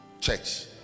church